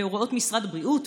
להוראות משרד הבריאות,